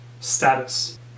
status